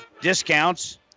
discounts